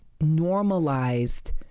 normalized